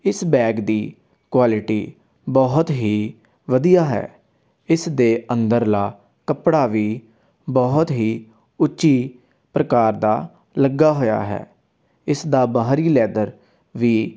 ਇਸ ਬੈਗ ਦੀ ਕੁਆਲਿਟੀ ਬਹੁਤ ਹੀ ਵਧੀਆ ਹੈ ਇਸ ਦੇ ਅੰਦਰਲਾ ਕੱਪੜਾ ਵੀ ਬਹੁਤ ਹੀ ਉੱਚੀ ਪ੍ਰਕਾਰ ਦਾ ਲੱਗਾ ਹੋਇਆ ਹੈ ਇਸ ਦਾ ਬਾਹਰੀ ਲੈਦਰ ਵੀ